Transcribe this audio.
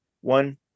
one